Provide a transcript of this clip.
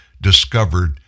discovered